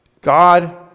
God